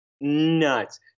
Nuts